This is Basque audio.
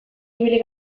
ibili